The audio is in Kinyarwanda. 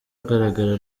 agaragara